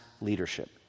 leadership